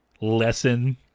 lesson